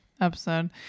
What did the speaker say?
episode